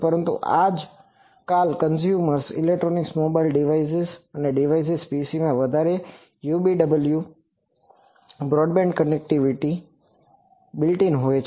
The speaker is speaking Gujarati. પરંતુ આજકાલ કન્ઝ્યુમરConsumerગ્રાહક ઇલેક્ટ્રોનિક્સ મોબાઇલ ડિવાઇસ ડિવાઇસીસ અને PCમાં બધા પાસે UWB broadband connectivity built in હોય છે